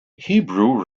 hebrew